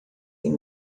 tem